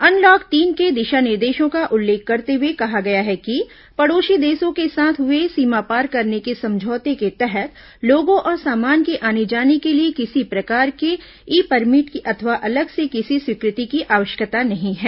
unlock तीन के दिशा निर्देशों का उल्लेख करते हुए कहा गया है कि पड़ोसी देशों के साथ हुए सीमापार करने के समझौते के तहत लोगों और सामान के आने जाने के लिए किसी प्रकार के ई परमिट अथवा अलग से किसी स्वीकृति की आवश्यकता नहीं है